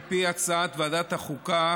על פי הצעת ועדת החוקה,